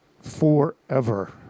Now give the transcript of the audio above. forever